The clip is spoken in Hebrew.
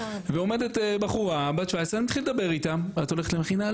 ועומדת בחורה בת 17 אני מתחיל לדבר איתה את הולכת למכינה?